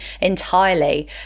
entirely